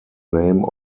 name